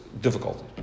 difficulty